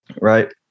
right